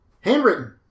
Handwritten